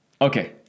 Okay